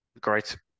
Great